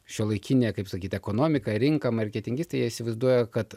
šiuolaikinė kaip sakyti ekonomiką rinką marketingistai jie įsivaizduoja kad